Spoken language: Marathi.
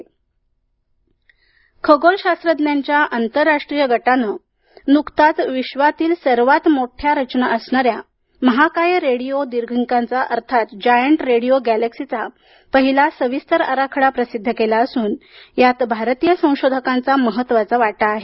आयुका खगोलशास्त्रज्ञांच्या आंतरराष्ट्रीय गटाने नुकताच विश्वातील सर्वात मोठ्या रचना असणाऱ्या महाकाय रेडिओ दीर्घिकांचा अर्थात जायंट रेडिओ गॅलेक्सीचा पहिला सविस्तर आराखडा प्रसिद्ध केला असून यात भारतीय संशोधकांचा महत्त्वाचा वाटा आहे